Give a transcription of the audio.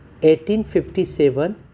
1857